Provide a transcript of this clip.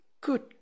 Good